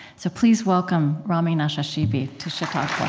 so please welcome rami nashashibi to chautauqua